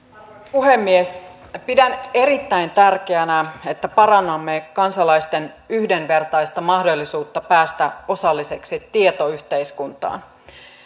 puhemies pidän erittäin tärkeänä että parannamme kansalaisten yhdenvertaista mahdollisuutta päästä osalliseksi tietoyhteiskuntaan